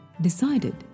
decided